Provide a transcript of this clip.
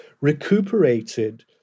recuperated